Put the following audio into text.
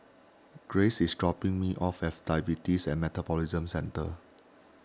Grace is dropping me off at Diabetes and Metabolism Centre